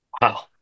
Wow